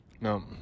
No